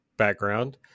background